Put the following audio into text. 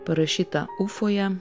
parašytą ufoje